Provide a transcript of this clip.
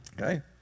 Okay